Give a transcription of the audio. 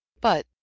But